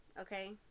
okay